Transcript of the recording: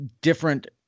different –